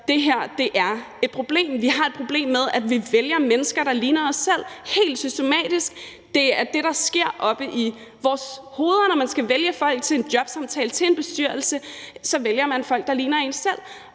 det her er et problem. Vi har et problem med, at vi vælger mennesker, der ligner os selv, helt systematisk. Det er det, der sker oppe i vores hoveder. Når man skal vælge folk til en jobsamtale, til en bestyrelse, så vælger man folk, der ligner en selv,